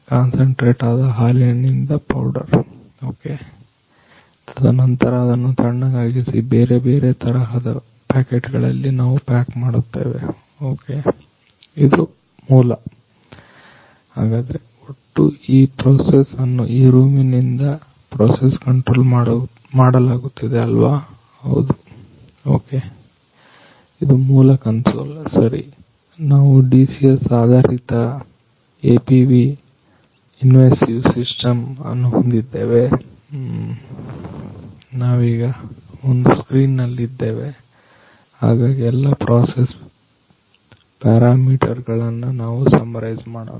concentrate ಆದ ಹಾಲಿನಿಂದ powder ತದನಂತರ ಅದನ್ನ ತಣ್ಣಗಾಗಿಸಿ ಬೇರೆ ಬೇರೆ ತರಹದ ಪ್ಯಾಕೆಟ್ ಗಳಲ್ಲಿ ನಾವು ಪ್ಯಾಕ್ ಮಾಡುತ್ತೇವೆ ಇದು ಮೂಲ ಹಾಗಾದ್ರೆ ಒಟ್ಟು ಈ ಪ್ರೋಸೆಸ್ ಅನ್ನು ಈ ರೂಮಿನಿಂದ ಪ್ರೋಸೆಸ್ ಕಂಟ್ರೋಲ್ ಮಾಡಲಾಗುತ್ತದೆ ಅಲ್ವಾ ಹೌದು ಇದು ಮೂಲ ಕನ್ಸೋಲ್ ನಾವು DCS ಆಧರಿತ APV ಇನ್ವೆನ್ಸಿಸ್ ಸಿಸ್ಟಮ್ ಅನ್ನು ಹೊಂದಿದ್ದೇವೆ ಹ್ಮ ನಾವೀಗ ಒಂದು ಸ್ಕ್ರೀನ್ ನಲ್ಲಿ ಇದ್ದೇವೆ ಹಾಗಾಗಿ ಎಲ್ಲಾ ಪ್ರಾಸೆಸ್ ಪರಮೀಟರ್ ಗಳನ್ನು ನಾವು ಸಮರೈಸ್ ಮಾಡೋಣ